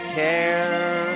care